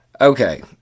Okay